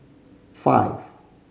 five